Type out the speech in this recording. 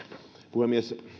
puhemies